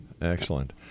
excellent